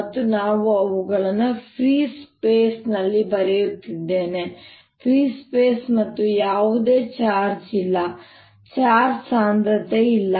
ಮತ್ತು ನಾನು ಅವುಗಳನ್ನು ಫ್ರೀ ಸ್ಪೇಸ್ ನಲ್ಲಿ ಬರೆಯುತ್ತಿದ್ದೇನೆ ಫ್ರೀ ಸ್ಪೇಸ್ ಮತ್ತು ಯಾವುದೇ ಚಾರ್ಜ್ ಇಲ್ಲ ಚಾರ್ಜ್ ಸಾಂದ್ರತೆಯಿಲ್ಲ